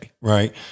right